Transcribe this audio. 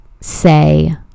say